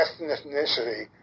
ethnicity